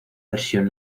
versión